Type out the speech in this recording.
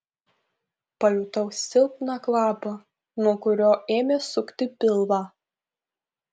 pajutau silpną kvapą nuo kurio ėmė sukti pilvą